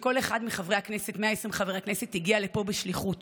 שכל אחד מ-120 חברי הכנסת הגיע לפה בשליחות